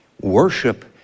Worship